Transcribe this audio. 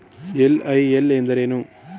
LIL ಎಂದರೇನು?